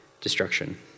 destruction